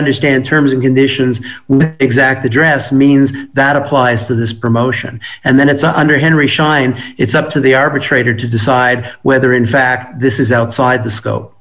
understand terms and conditions exact address means that applies to this promotion and then it's under henry shine it's up to the arbitrator to decide whether in fact this is outside the scope